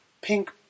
pink